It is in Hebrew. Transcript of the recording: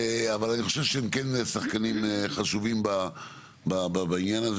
אבל אני חושב שהם כן שחקנים חשובים בעניין הזה